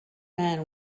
man